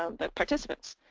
um but participants.